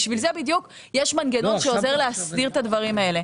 בשביל זה בדיוק יש מנגנון שעוזר להסדיר את הדברים האלה.